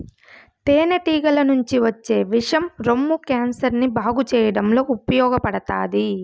తేనె టీగల నుంచి వచ్చే విషం రొమ్ము క్యాన్సర్ ని బాగు చేయడంలో ఉపయోగపడతాది